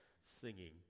singing